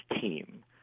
team